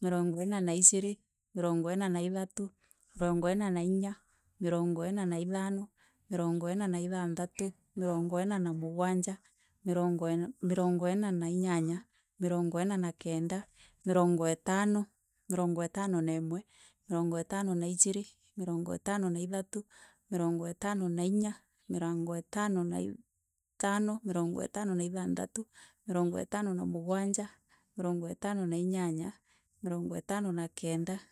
mirongo ina na ijiri mirongo ina na ithatu mirongo ina na inya mirongo ina na ithano mirongo ina na ithanthatu mirongo ina na mugwanja mirongo ina- mirongo ina na inyanya mirongo ina na kenda mirongo itano mirongo itano mirongo itano na imwe mirongo ithano na ijiri mirongo ithano na ithatu mirongo ithatu na inya mirongo ithano na ithano mirongo ithano na ithanthatu mirongo ithano na mugwanja mirongo ithano na inyanya mirongo ithano na kenda.